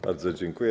Bardzo dziękuję.